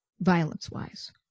violence-wise